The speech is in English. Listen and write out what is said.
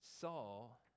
Saul